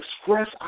express